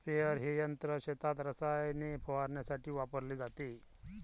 sprayer हे यंत्र शेतात रसायने फवारण्यासाठी वापरले जाते